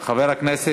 עד חמש דקות.